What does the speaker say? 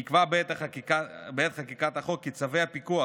נקבע בעת חקיקת החוק כי צווי הפיקוח,